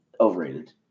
overrated